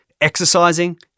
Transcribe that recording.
exercising